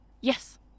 Yes